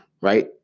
right